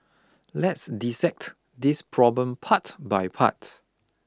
let's dissect this problem part by part